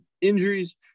Injuries